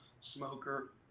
Smoker